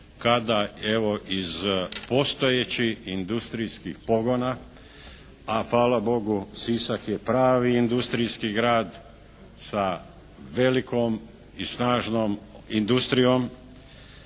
kada evo iz postojećih industrijskih pogona, a hvala Bogu Sisak je pravi industrijski grad sa velikom i snažnom industrijom.